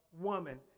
woman